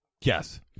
Yes